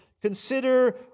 Consider